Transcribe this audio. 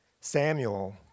Samuel